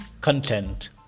content